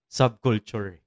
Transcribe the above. subculture